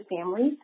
families